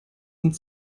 sind